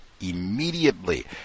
immediately